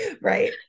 right